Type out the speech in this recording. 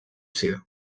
sida